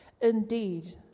Indeed